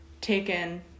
taken